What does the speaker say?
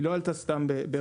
היא לא עלתה סתם.